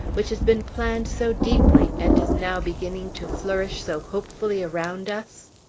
which has been planned so deeply, and is now beginning to flourish so hopefully around us?